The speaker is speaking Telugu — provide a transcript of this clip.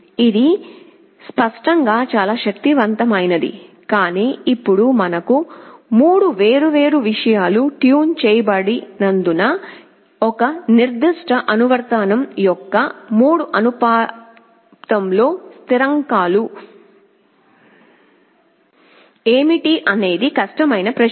ఇది స్పష్టంగా చాలా శక్తివంతమైనది కానీ ఇప్పుడు మనకు 3 వేర్వేరు విషయాలు ట్యూన్ చేయబడినందున ఒక నిర్దిష్ట అనువర్తనం యొక్క 3 అనుపాతంలో స్థిరాంకాలు ఏమిటి అనేది కష్టమైన ప్రశ్న